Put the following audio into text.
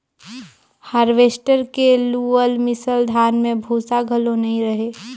harvester के लुअल मिसल धान में भूसा घलो नई रहें